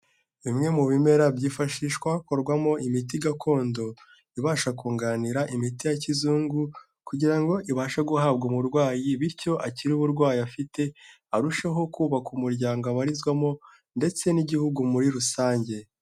Bimwe mu bimera byifashishwa hakorwamo imiti gakondo, ibasha kunganira imiti ya kizungu, kugira ngo ibashe guhabwa umurwayi bityo akire uburwayi afite arusheho kubaka umuryango abarizwamo ndetse n'igihugu muri rusange.